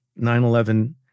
9-11